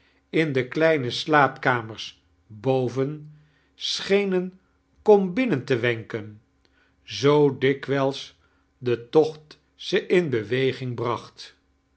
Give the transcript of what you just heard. in de kleine slaapkamers boven swheinen kom binnen tie weaken zoo dikwijis de tocht ze in beweging braoht